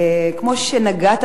כמו שנגעת,